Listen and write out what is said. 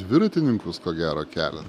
dviratininkus ko gero kelia